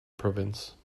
province